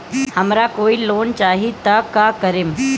हमरा कोई लोन चाही त का करेम?